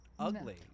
ugly